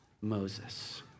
Moses